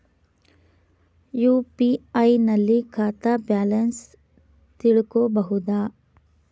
UPI ನಲ್ಲಿ ಖಾತಾ balance ತಿಳಕೊ ಬಹುದಾ?